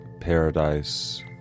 Paradise